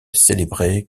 célébrée